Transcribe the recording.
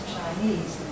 Chinese